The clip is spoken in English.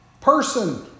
person